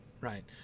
Right